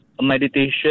meditation